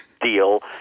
deal